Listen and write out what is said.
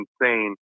insane